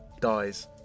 dies